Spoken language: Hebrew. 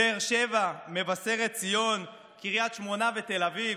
באר שבע, מבשרת ציון, קריית שמונה ותל אביב,